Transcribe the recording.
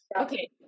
okay